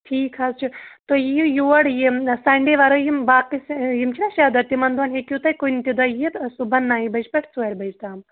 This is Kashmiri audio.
ٹھیٖک حظ چھُ تُہۍ یِیِو یور ییٚمہِ سَںڈے وَرٲے یِم باقٕے یِم چھِنا شےٚ دۄہ تِمَن دۄہَن ہیٚکِو تُہۍ کُنہِ تہِ دۄہ یِتھ صُبَحن نَوِ بَجہِ پیٚٹھ ژورِ بَجہِ تام